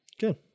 Good